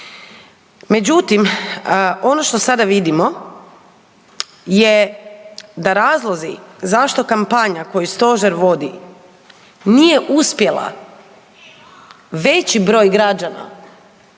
Međutim, ono što sada vidimo je da razlozi zašto kampanja koju stožer vodi nije uspjela veći broj građana